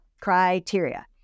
criteria